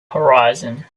horizon